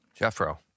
Jeffro